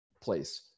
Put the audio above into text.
place